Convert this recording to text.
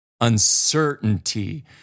Uncertainty